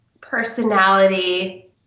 personality